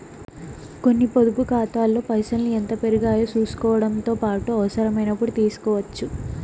కొన్ని పొదుపు కాతాల్లో పైసల్ని ఎంత పెరిగాయో సూసుకోవడముతో పాటు అవసరమైనపుడు తీస్కోవచ్చు